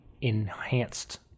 enhanced